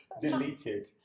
deleted